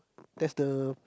that's the